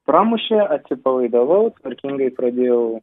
pramušė atsipalaidavau tvarkingai pradėjau